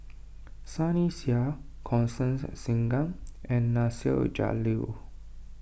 Sunny Sia Constance Singam and Nasir Jalil